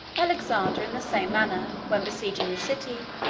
alexander, in the same manner, when besieging the city,